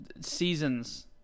seasons